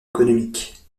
économique